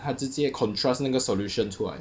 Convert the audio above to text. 它直接 contrast 那个 solution 出来